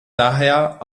daher